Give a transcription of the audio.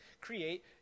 create